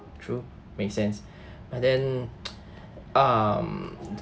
true makes sense but then um